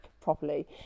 properly